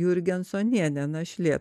jurgensonienė našlė